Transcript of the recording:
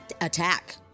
attack